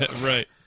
right